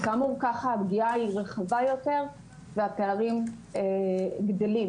וכך הפגיעה רחבה יותר והפערים גדלים